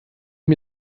mir